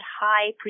high